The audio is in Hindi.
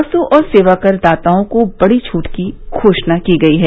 वस्तु और सेवा कर दाताओं को बड़ी छूट की घोषणा की गई है